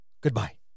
Goodbye